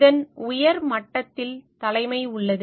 இதன் உயர் மட்டத்தில் தலைமை உள்ளது